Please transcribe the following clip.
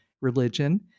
religion